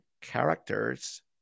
characters